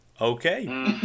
Okay